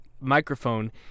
microphone